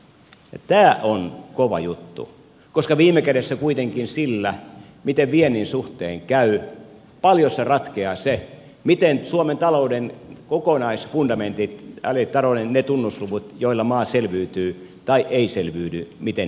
tämä on kova juttu koska viime kädessä kuitenkin sillä miten viennin suhteen käy paljossa ratkeaa se miten suomen talouden kokonaisfundamenttien eli talouden niiden tunnuslukujen joilla maa selviytyy tai ei selviydy käy